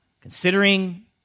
considering